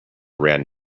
ran